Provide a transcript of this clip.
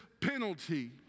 penalty